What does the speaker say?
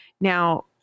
Now